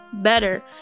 Better